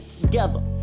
together